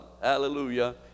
hallelujah